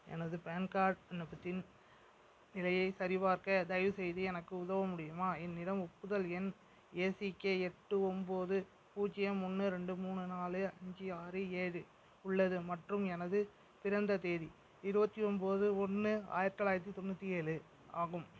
எனது PAN card விண்ணப்பத்தின் நிலையை சரிபார்க்க தயவுசெய்து எனக்கு உதவ முடியுமா என்னிடம் ஒப்புதல் எண் ஏசிகே எட்டு ஒன்போது பூஜ்யம் ஒன்று ரெண்டு மூணு நாலு அஞ்சு ஆறு ஏழு உள்ளது மற்றும் எனதுப் பிறந்த தேதி இருபத்தி ஒன்போது ஒன்று ஆயிரத்தி தொள்ளாயிரத்தி தொண்ணூற்றி ஏழு ஆகும்